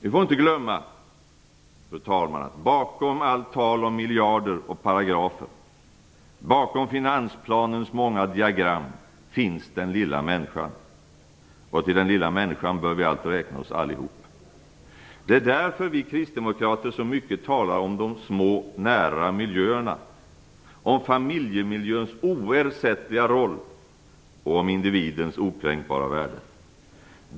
Vi får inte glömma att bakom allt tal om miljarder och paragrafer, bakom finansplanens många diagram, finns den lilla människan, och till den lilla människan bör vi allt räkna oss allihop. Det är därför vi kristdemokrater så mycket talar om de små nära miljöerna, om familjemiljöns oersättliga roll och om individens okränkbara värde.